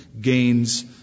gains